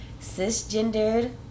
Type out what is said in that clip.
cisgendered